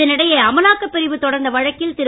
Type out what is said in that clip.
இதனிடையே அமலாக்கப் பிரிவு தொடர்ந்து வழக்கில் திரு